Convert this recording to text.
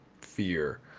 fear